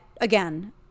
again